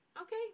Okay